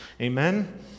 Amen